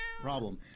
problem